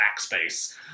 backspace